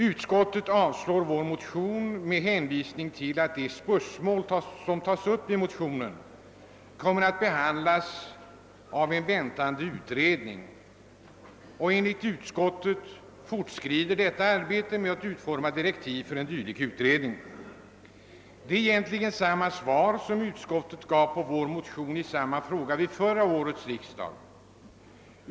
Utskottet avstyrker vårt yrkande med hänvisning till att det spörsmål som tas upp i motionen kommer att behandlas av en väntad utredning. Enligt utskottet fortskrider arbetet med att utforma direktiv för en dylik utredning. Det är egentligen samma svar som utskottet gav på vår motion i samma fråga vid förra årets riksdag.